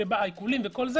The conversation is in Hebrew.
העיקולים וכו',